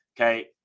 Okay